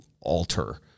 alter